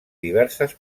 diverses